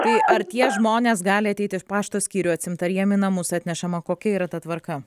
tai ar tie žmonės gali ateit iš pašto skyrių atsiimt ar jiem į namus atnešama kokia yra ta tvarka